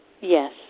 Yes